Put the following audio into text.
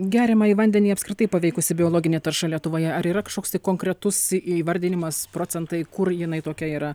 geriamąjį vandenį apskritai paveikusi biologinė tarša lietuvoje ar yra kažkoks tai konkretus įvardinimas procentai kur jinai tokia yra